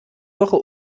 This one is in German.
woche